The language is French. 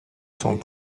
sont